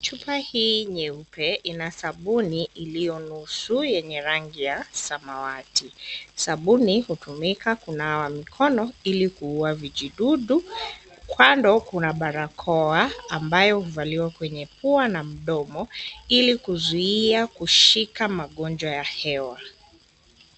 Chupa hii nyeupe ina sabuni iliyonusu yenye rangi ya samawati. Sabuni hutumika kunawa mikono ili kuua vijidudu. Kando kuna barakoa ambayo huvaliwa kwenye pua na mdomo ili kuzuia kushika magonjwa ya hewa.